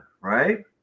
right